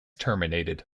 terminated